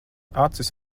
acis